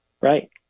right